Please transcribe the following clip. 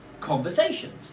conversations